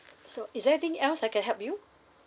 so is there anything else I can help you